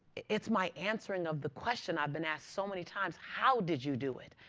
it's my answering of the question i've been asked so many times, how did you do it?